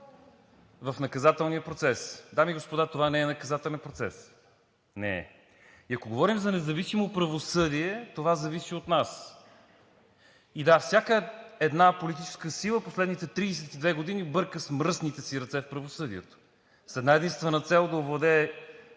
в наказателния процес. Дами и господа, това не е наказателен процес, не е. И ако говорим за независимо правосъдие, това зависи от нас. И да, всяка една политическа сила – последните 32 години, бърка с мръсните си ръце в правосъдието с една-единствена цел – да овладее